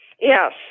Yes